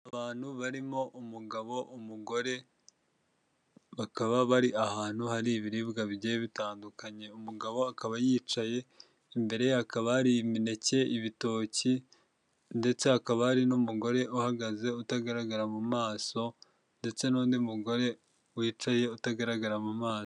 Abantu barimo umugabo, umugore bakaba bari ahantu hari ibiribwa bigiye bitandukanye umugabo akaba yicaye imbere hakaba hari imineke, ibitoki ndetse hakaba hari n'umugore uhagaze utagaragara mu maso ndetse n'undi mugore wicaye utagaragara mu maso.